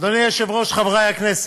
אדוני היושב-ראש, חברי הכנסת,